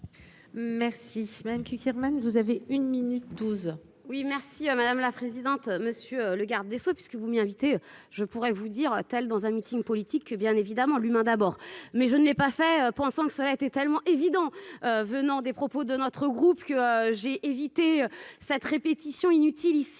Merci madame Cukierman, vous avez une minute 12. Oui merci madame la présidente, monsieur le garde des Sceaux, puisque vous m'y invitez, je pourrais vous dire dans un meeting politique bien évidemment l'humain d'abord, mais je ne l'ai pas fait pensant que cela était tellement évident venant des propos de notre groupe que j'ai évité cette répétition inutile ici